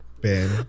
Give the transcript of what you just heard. Ben